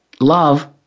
love